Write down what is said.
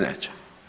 Neće.